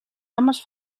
homes